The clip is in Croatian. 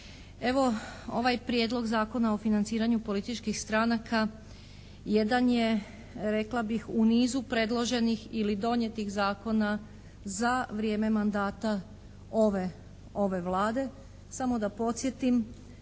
Evo ovaj Prijedlog zakona o financiranju političkih stranaka jedan je, rekla bih u nizu predloženih ili donijetih zakona za vrijeme mandata ove, ove Vlade. Samo da podsjetim